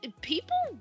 people